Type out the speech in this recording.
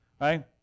right